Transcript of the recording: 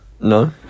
No